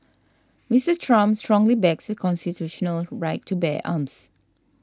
Mister Trump strongly backs the constitutional right to bear arms